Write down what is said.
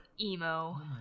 Emo